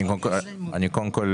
קודם כול,